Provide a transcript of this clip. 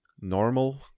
normal